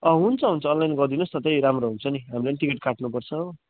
अँ हुन्छ हुन्छ अनलाइन गरिदिनु होस् न त्यही राम्रो हुन्छ नि हाम्रो पनि टिकट काट्नुपर्छ हो